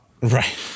right